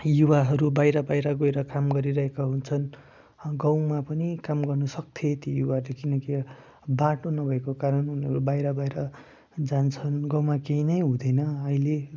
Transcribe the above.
युवाहरू बाहिर बाहिर गएर काम गरिरहेका हुन्छन् गाउँमा पनि काम गर्नु सक्थे ती युवाहरूले किनकि बाटो नभएको कारण उनीहरू बाहिर बाहिर जान्छन् गाउँमा केही नै हुँदैन अहिले